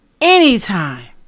anytime